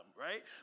right